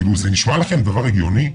זה נשמע לכם דבר הגיוני?